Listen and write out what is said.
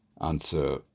Answer